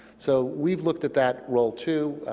so we've looked at that role too.